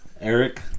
Eric